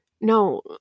no